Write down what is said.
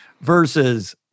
versus